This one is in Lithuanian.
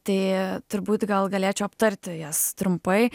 tai turbūt gal galėčiau aptarti jas trumpai